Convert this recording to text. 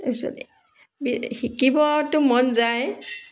তাৰপিছত শিকিবতো মন যায়